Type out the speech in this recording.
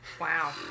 Wow